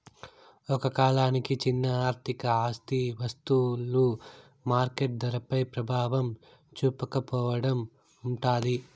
ఒక కాలానికి చిన్న ఆర్థిక ఆస్తి వస్తువులు మార్కెట్ ధరపై ప్రభావం చూపకపోవడం ఉంటాది